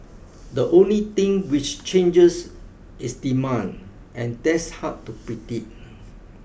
the only thing which changes is demand and that's hard to predict